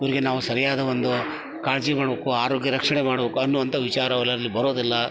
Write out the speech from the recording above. ಇವ್ರಿಗೆ ನಾವು ಸರಿಯಾದ ಒಂದು ಕಾಳಜಿ ಮಾಡಬೇಕು ಆರೋಗ್ಯ ರಕ್ಷಣೆ ಮಾಡಬೇಕು ಅನ್ನುವಂತ ವಿಚಾರ ಅವರಲ್ಲಿ ಬರೋದಿಲ್ಲ